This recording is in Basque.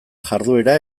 jarduera